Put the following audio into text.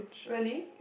really